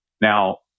Now